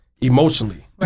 emotionally